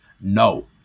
no